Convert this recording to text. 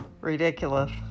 ridiculous